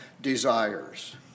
desires